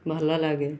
ଭଲ ଲାଗେ